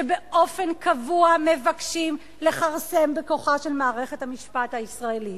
שבאופן קבוע מבקשים לכרסם בכוחה של מערכת המשפט הישראלית.